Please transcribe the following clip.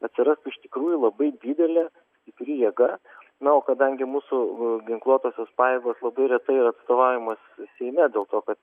atsirastų iš tikrųjų labai didelė stipri jėga na o kadangi mūsų ginkluotosios pajėgos labai retai yra atstovaujamas seime dėl to kad